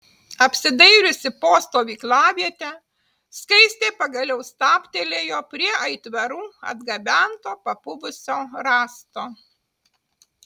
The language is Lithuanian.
apsidairiusi po stovyklavietę skaistė pagaliau stabtelėjo prie aitvarų atgabento papuvusio rąsto